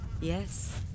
Yes